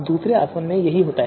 दूसरे आसवन में यही होता है